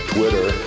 Twitter